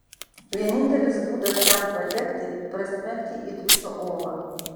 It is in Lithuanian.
vienintelis būdas ten patekti prasmegti į triušio olą